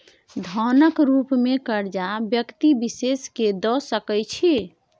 धनक रुप मे करजा व्यक्ति विशेष केँ द सकै छी